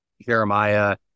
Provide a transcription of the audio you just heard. Jeremiah